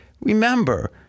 Remember